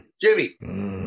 Jimmy